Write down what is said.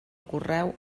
correu